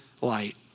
light